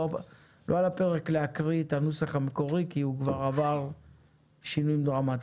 על הפרק להקריא את הנוסח המקורי כי הוא כבר עבר שינוים דרמטיים,